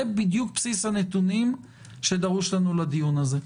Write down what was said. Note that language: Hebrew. בדיוק בסיס הנתונים שדרוש לנו לדיון הזה.